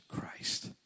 Christ